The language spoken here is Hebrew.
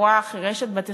בחורה חירשת בת 24,